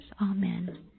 Amen